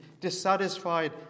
dissatisfied